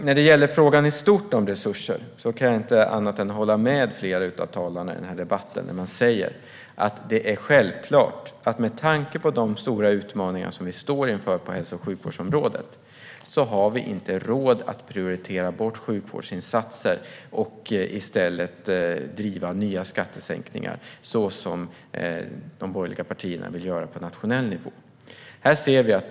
När det gäller frågan i stort om resurser kan jag inte annat än hålla med flera av talarna i debatten när de säger att det är självklart - med tanke på de stora utmaningar som vi står inför på hälso och sjukvårdsområdet - att vi inte har råd att prioritera bort sjukvårdsinsatser och i stället genomdriva nya skattesänkningar så som de borgerliga partierna vill göra på nationell nivå.